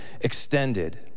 extended